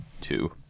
two